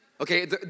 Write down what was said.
Okay